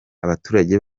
abaturage